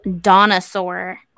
dinosaur